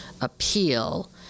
appeal